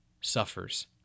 suffers